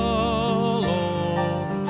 alone